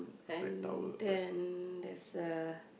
and then there's a